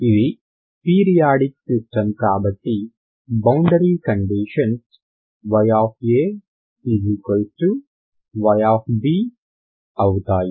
ఇది periodic system కాబట్టి boundary conditions ya y అవుతాయి